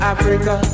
Africa